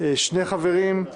שני חברים,